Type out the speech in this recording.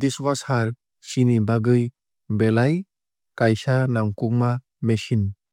dishwahser chini bagwui belai kaisa nangkukma machine.